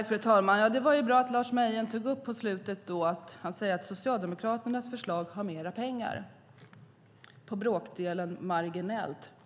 Fru talman! Det var bra att Lars Mejern Larsson på slutet sade att Socialdemokraternas förslag har mer pengar. Det är marginellt, på bråkdelen, mer.